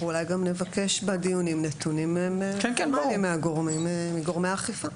אנחנו אולי גם נבקש בדיונים נתונים נורמליים מגורמי האכיפה.